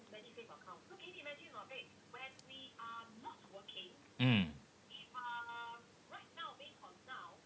mm